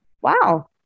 wow